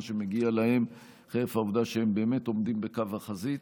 שמגיע להם חרף העובדה שהם באמת עומדים בקו החזית.